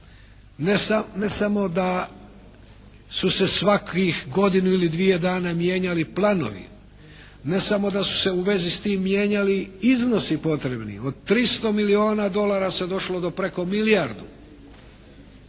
ne samo da su se svakih godinu ili dvije dana mijenjali planovi, ne samo da su se u vezi s tim mijenjali iznosi potrebni od 300 milijona dolara se došlo do preko milijardu.